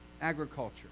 agriculture